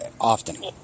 often